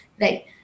Right